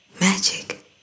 Magic